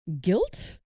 guilt